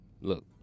Look